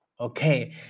Okay